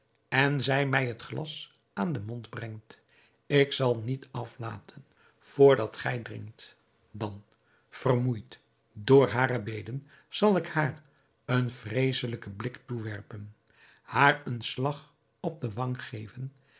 en zij mij het glas aan den mond brengt ik zal niet aflaten vrdat gij drinkt dan vermoeid door hare beden zal ik haar een vreeselijken blik toewerpen haar een slag op den wang geven